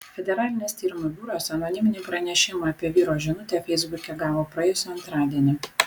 federalinis tyrimų biuras anoniminį pranešimą apie vyro žinutę feisbuke gavo praėjusį antradienį